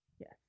Yes